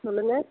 சொல்லுங்கள்